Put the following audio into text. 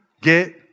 get